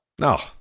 no